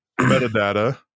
metadata